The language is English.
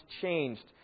changed